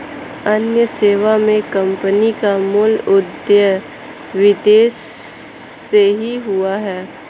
अन्य सेवा मे कम्पनी का मूल उदय विदेश से ही हुआ है